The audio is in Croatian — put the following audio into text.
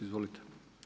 Izvolite.